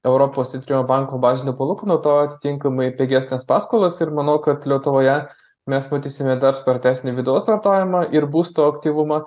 europos centrinio banko bazinių palūkanų tuo atitinkamai pigesnės paskolos ir manau kad lietuvoje mes matysime dar spartesnį vidaus vartojimą ir būsto aktyvumą